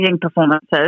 performances